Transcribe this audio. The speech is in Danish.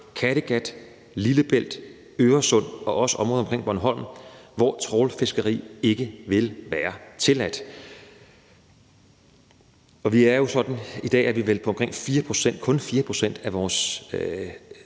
Kattegat, Lillebælt, Øresund og også området omkring Bornholm, hvor trawlfiskeri ikke vil være tilladt. I dag er det vel kun 4 pct. af vores hav